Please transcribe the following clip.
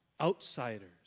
outsiders